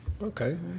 Okay